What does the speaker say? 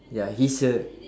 ya he's a